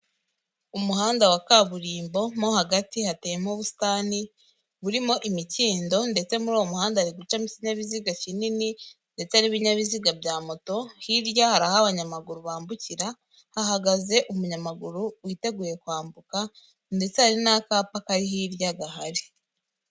Umuhanda wa kaburimbo mo hagati hateyemo ubusitani, burimo imikindo ndetse muri uwo muhanda ari gucamo ikinyabiziga kinini ndetse n'ibinyabiziga bya moto, hirya hari aho abanyamaguru bambukira, hahagaze umunyamaguru witeguye kwambuka ndetse hari n'akapa kari hirya gahari.